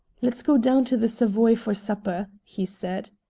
let's go down to the savoy for supper, he said.